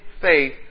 faith